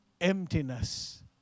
emptiness